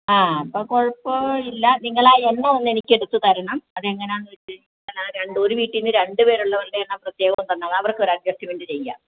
ആ അപ്പോൾ കുഴപ്പമില്ല നിങ്ങൾ ആ എണ്ണം ഒന്ന് എനിക്ക് എടുത്ത് തരണം അത് എങ്ങനെയാണെന്ന് വെച്ചുകഴിഞ്ഞാൽ ഒരു വീട്ടിൽ നിന്ന് രണ്ട് പേർ ഉള്ളവരുടെ പ്രത്യേകം തരണം അവർക്കൊരു അഡ്ജസ്റ്റ്മെൻറ് ചെയ്യാം